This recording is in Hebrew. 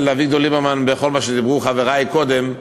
אביגדור ליברמן בכל מה שדיברו חברי קודם,